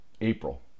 April